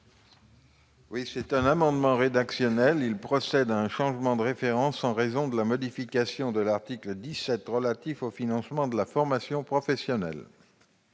Cet amendement rédactionnel tend à procéder à un changement de références en raison de la modification de l'article 17 relatif au financement de la formation professionnelle.